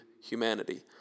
humanity